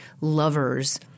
lovers –